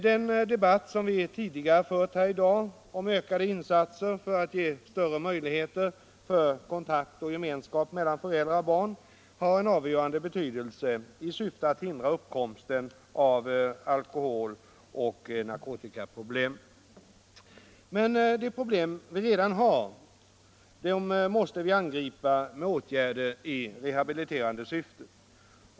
Den debatt som vi tidigare i dag har fört om ökade insatser för att ge större möjligheter för kontakt och gemenskap mellan föräldrar och barn har en avgörande betydelse i syfte att hindra uppkomsten av alkohol och narkotikaproblemen. Men de problem vi redan har måste vi angripa med åtgärder i rehabiliterande syfte.